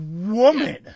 woman